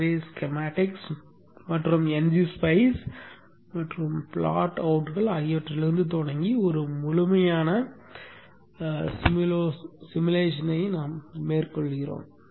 எனவே ஸ்கீமடிக்ஸ் மற்றும் ng spice மற்றும் ப்ளாட் அவுட்கள் ஆகியவற்றிலிருந்து தொடங்கி ஒரு முழுமையான உருவகப்படுத்துதலை நாம் மேற்கொள்கிறோம்